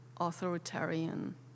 authoritarian